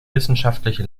wissenschaftliche